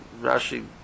Rashi